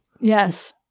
Yes